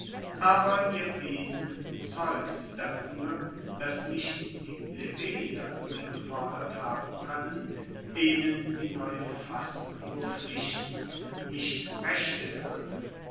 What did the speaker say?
aber ihr wesen zeugt dafuer dass nicht die plebejer sie gefordert haben koennen denen die neue verfassung nur pflichten nicht rechte gab